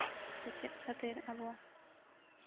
ᱥᱮᱪᱮᱫ ᱠᱷᱟᱹᱛᱤᱨ ᱟᱵᱚ